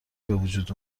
بوجود